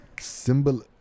Symbol